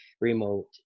remote